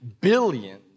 billions